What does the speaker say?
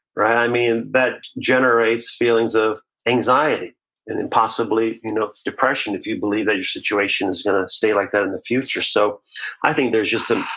right? i mean that generates feelings of anxiety and then possibly you know depression if you believe that your situation is going to stay like that in the future. so i think there's just some,